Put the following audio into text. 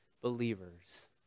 believers